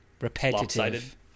repetitive